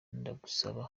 ndagusaba